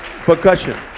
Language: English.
percussion